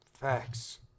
Facts